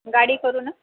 गाडी करू ना